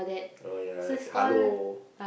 oh ya there's Halo